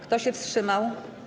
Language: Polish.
Kto się wstrzymał?